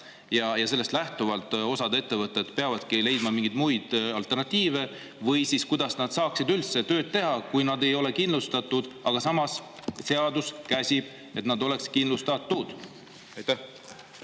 ja sellest lähtuvalt peab osa ettevõtteid leidma mingeid muid alternatiive. Või kuidas nad siis saaksid üldse tööd teha, kui nad ei ole kindlustatud, aga samas seadus käsib, et nad [peavad] olema kindlustatud?